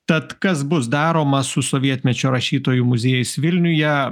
tad kas bus daroma su sovietmečio rašytojų muziejais vilniuje